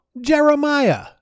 Jeremiah